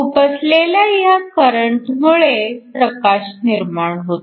खुपसलेल्या ह्या करंटमुळे प्रकाश निर्माण होतो